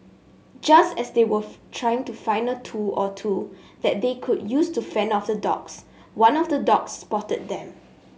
just as they were trying to find a tool or two that they could use to fend off the dogs one of the dogs spotted them